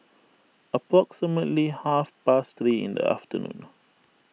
approximately half past three in the afternoon